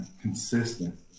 consistent